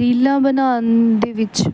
ਰੀਲਾਂ ਬਣਾਉਣ ਦੇ ਵਿੱਚ